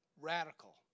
Radical